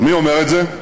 מי אומר את זה?